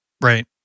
right